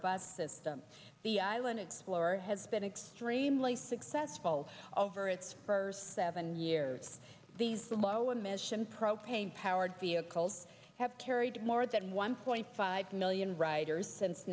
system the island explorer has been extremely successful over its first seven years these low emission propane powered vehicles have carried more than one point five million riders since